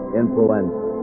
influenza